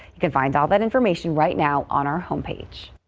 you can find all that information right now on our home page.